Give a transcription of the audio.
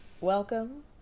Welcome